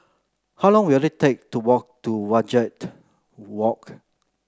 how long will it take to walk to Wajek Walk